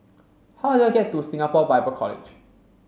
how do I get to Singapore Bible College